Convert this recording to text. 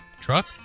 truck